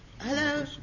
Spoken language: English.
Hello